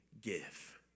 give